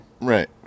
Right